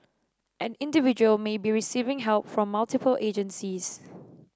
an individual may be receiving help from multiple agencies